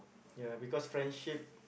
ya because friendship